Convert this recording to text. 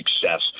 success